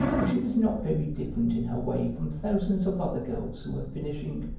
and she was not very different in her way from thousands of other girls who were finishing,